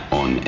on